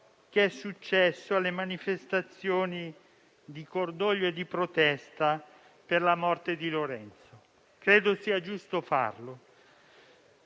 quanto successo nelle manifestazioni di cordoglio e di protesta per la morte di Lorenzo. Credo sia giusto farlo.